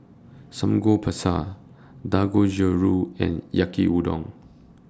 Samgyeopsal Dangojiru and Yaki Udon